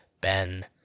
Ben